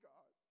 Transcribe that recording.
God